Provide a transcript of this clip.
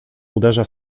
uderza